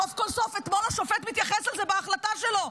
סוף-כל-סוף אתמול השופט מתייחס לזה בהחלטה שלו.